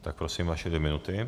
Tak prosím, vaše dvě minuty.